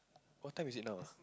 what time is it now ah